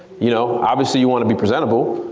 you know obviously you want to be presentable.